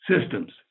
systems